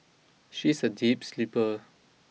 she is a deep sleeper